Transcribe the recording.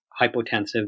hypotensive